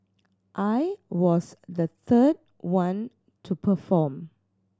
I was the third one to perform